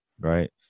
Right